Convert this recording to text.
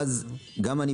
בדיוק.